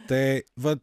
tai vat